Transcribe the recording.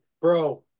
Bro